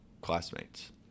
classmates